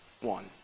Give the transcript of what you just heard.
one